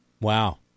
Wow